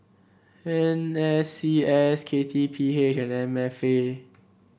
N S C S K T P H and M F A